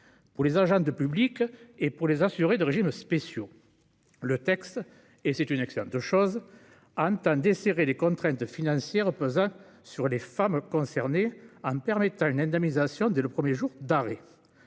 pour les agentes publiques et pour les assurées des régimes spéciaux. Le texte, et c'est une excellente chose, prévoit de desserrer les contraintes financières pesant sur les femmes concernées en permettant une indemnisation dès le premier jour d'arrêt.